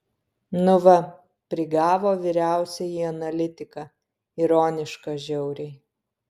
nu va prigavo vyriausiąjį analitiką ironiška žiauriai